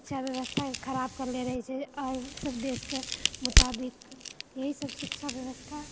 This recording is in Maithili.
शिक्षा व्यवस्थाके खराब करले रहै छै आओर सभ देशके मुताबिक एहि सभ शिक्षा व्यवस्था